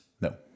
No